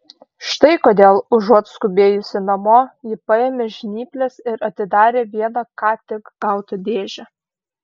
štai kodėl užuot skubėjusi namo ji paėmė žnyples ir atidarė vieną ką tik gautą dėžę